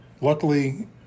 Luckily